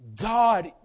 God